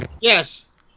Yes